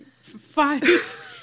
Five